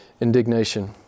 indignation